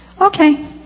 Okay